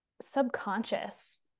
subconscious